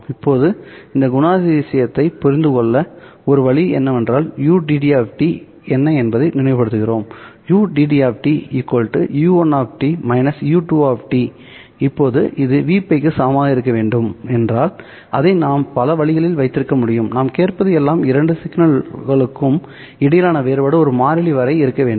இப்போது இந்த குணாதிசயத்தை புரிந்து கொள்ள ஒரு வழி என்னவென்றால் ud என்ன என்பதை நினைவுபடுத்துகிறோம் ud u1 u2 இப்போது இது Vπ க்கு சமமாக இருக்க வேண்டும் என்றால் அதை நாம் பல வழிகளில் வைத்திருக்க முடியும் நாம் கேட்பது எல்லாம் இரண்டு சிக்னல்களுக்கும் இடையிலான வேறுபாடு ஒரு மாறிலி வரை இருக்க வேண்டும்